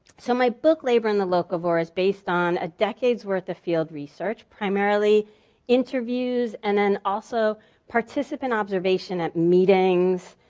so my book, labor and the locavore is based on a decades' worth of field research, primarily interviews and then also participant observation at meetings,